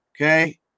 okay